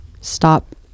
stop